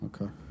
Okay